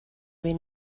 ben